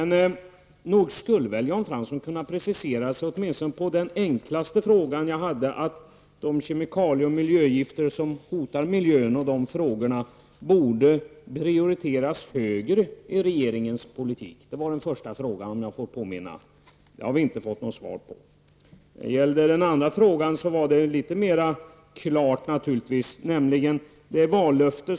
Nog skulle väl Jan Fransson kunna precisera sig åtminstone i svaret på min enklaste fråga, nämligen om inte frågorna om de kemikalie och miljögifter som hotar miljön borde prioriteras högre i regeringens politik. Det var den första frågan, om jag får påminna. Den har vi inte fått något svar på. Den andra frågan var naturligtvis litet klarare.